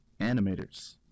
Animators